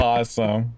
Awesome